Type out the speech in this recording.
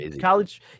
college